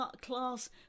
class